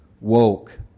woke